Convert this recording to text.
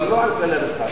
אבל לא על כללי המשחק.